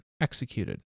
executed